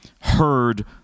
heard